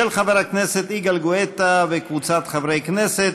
של חבר הכנסת יגאל גואטה וקבוצת חברי הכנסת,